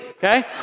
Okay